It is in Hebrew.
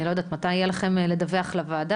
אני לא יודעת מתי יהיה לכם לדווח לוועדה.